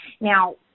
Now